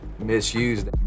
Misused